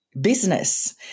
business